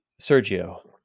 Sergio